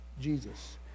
Jesus